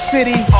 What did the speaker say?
City